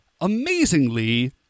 Amazingly